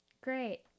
Great